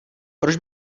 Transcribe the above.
proč